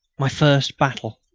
my first battle!